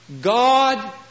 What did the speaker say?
God